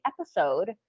episode